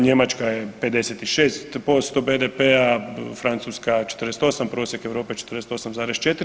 Njemačka je 56% BDP-a, Francuska 48, prosjek Europe 48,4.